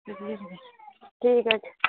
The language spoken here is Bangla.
হুম ঠিক আছে